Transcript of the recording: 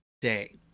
day